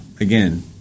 again